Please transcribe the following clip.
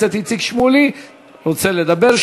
חבר הכנסת איציק שמולי רוצה לדבר.